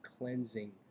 cleansing